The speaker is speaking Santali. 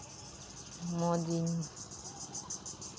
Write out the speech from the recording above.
ᱢᱚᱡᱤᱧ